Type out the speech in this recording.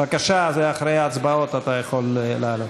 בבקשה, אחרי ההצבעות אתה יכול לעלות.